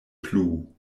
plu